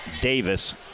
Davis